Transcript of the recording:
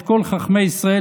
ואת כל חכמי ישראל,